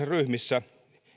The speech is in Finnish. ryhmissä